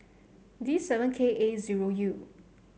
D seven K A zero U